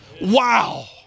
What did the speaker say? Wow